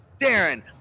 darren